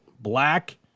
Black